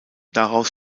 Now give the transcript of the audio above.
daraus